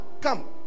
come